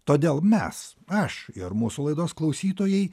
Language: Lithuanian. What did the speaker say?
todėl mes aš ir mūsų laidos klausytojai